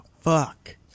fuck